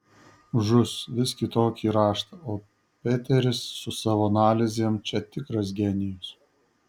žus vis kitokį raštą o peteris su savo analizėm čia tikras genijus